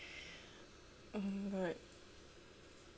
oh my god